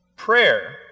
prayer